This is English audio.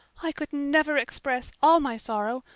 i could never express all my sorrow,